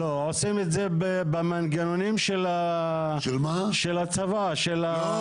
לא, עושים את זה במנגנונים של הצבא, מה